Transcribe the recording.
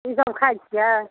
ईसभ खाइत छियै